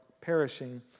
perishing